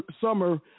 summer